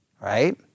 Right